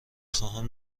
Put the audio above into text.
خواهم